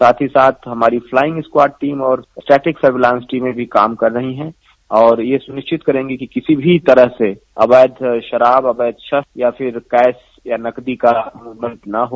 साथ ही साथ हमारी फ्लाइंग स्क्वायड टीम और स्टैटिक सर्विलांस टीमें भी काम कर रही है और यह सुनिश्चित करेंगी कि किसी भी तरह से अवैध शराब अवैध शस्त्र या फिर कैश या नकदी का मुवमेंट न हो